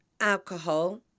alcohol